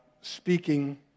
speaking